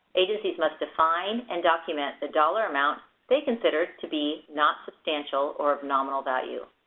agencies must define and document the dollar amount they consider to be not substantial or of nominal value.